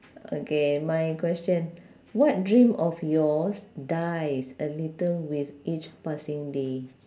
okay my question what dream of yours dies a little with each passing day